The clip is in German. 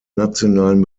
nationalen